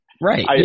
Right